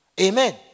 Amen